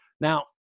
Now